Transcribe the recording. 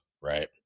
right